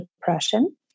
depression